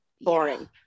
boring